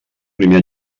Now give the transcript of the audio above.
primer